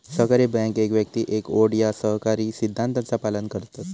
सहकारी बँका एक व्यक्ती एक वोट या सहकारी सिद्धांताचा पालन करतत